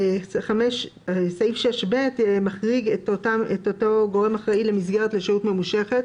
תקנה משנה 6(ב) מחריגה את הגורם האחראי למסגרת לשהות ממושכת.